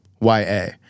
Y-A